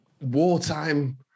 wartime